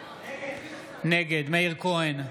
נגד מאיר כהן,